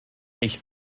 ich